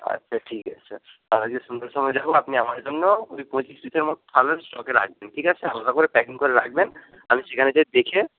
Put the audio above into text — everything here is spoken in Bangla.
আচ্ছা ঠিক আছে তাহলে সন্ধ্যের সময় যাবো আপনি আমার জন্য ওই পঁচিশ পিসের মতো তাহলে স্টকে রাখবেন ঠিক আছে আলাদা করে প্যাকিং করে রাখবেন আমি সেখানে গিয়ে দেখে